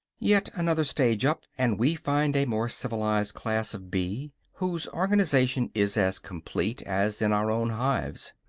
yet another stage up, and we find a more civilized class of bee, whose organization is as complete as in our own hives.